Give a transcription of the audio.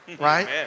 right